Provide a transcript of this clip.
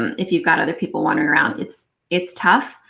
if you've got other people wandering around, it's it's tough.